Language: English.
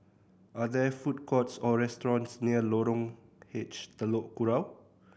are there food courts or restaurants near Lorong H Telok Kurau